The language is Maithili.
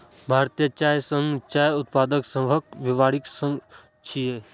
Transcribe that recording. भारतीय चाय संघ चाय उत्पादक सभक व्यापारिक संघ छियै